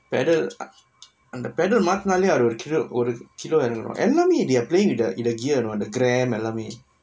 pedal அந்த:antha pedal மாத்துனால ஒரு:maathunaala oru kilograms ஒரு:oru kilograms இறங்கு எல்லாமே:iranggu ellaamae they are playing with the the gear you know and the gram எல்லாமே:ellaamae